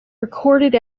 recorded